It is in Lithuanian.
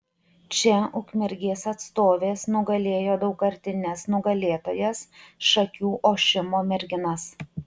čia ukmergės atstovės nugalėjo daugkartines nugalėtojas šakių ošimo merginas